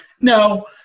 No